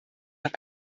nach